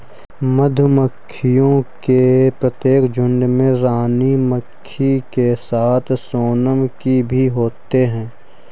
मधुमक्खियों के प्रत्येक झुंड में रानी मक्खी के साथ सोनम की भी होते हैं